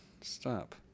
Stop